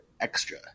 Extra